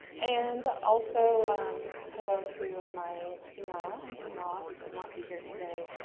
and also um hello to my tina and tima who could not be here today,